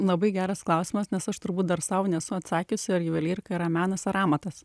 labai geras klausimas nes aš turbūt dar sau nesu atsakiusi ar juvelyrika yra menas ar amatas